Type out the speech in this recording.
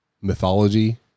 mythology